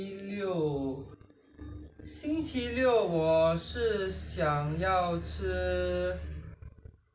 !aww! 要吃薄饼 薄饼皮是去超级市场买咯